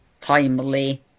timely